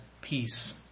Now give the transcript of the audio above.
peace